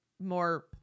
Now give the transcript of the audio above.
more